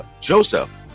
Joseph